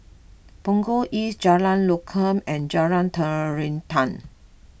Punggol East Jalan Lokam and Jalan Terentang